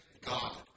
God